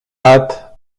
hâte